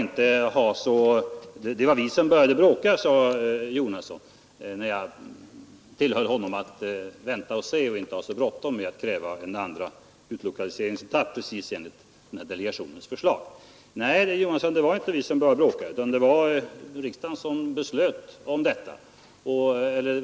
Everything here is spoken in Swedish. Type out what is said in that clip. När jag sedan tillhöll herr Jonasson att vänta och se och inte ha så bråttom med att kräva en andra utlokaliseringsetapp exakt enligt delegationens förslag, så sade herr Jonasson att det var vi som började bråka. Nej, herr Jonasson, det var inte vi som började bråka.